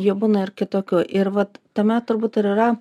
jų būna ir kitokių ir vat tame turbūt ir yra